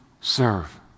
serve